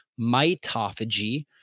mitophagy